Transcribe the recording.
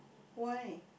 why